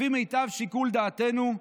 לפי מיטב שיקול דעתנו,